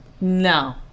No